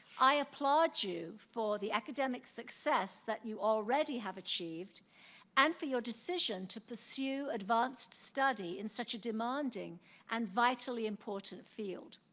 i applaud you for the academic success success that you already have achieved and for your decision to pursue advanced study in such a demanding and vitally important field.